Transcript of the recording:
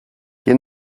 que